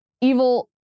evil